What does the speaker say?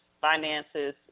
finances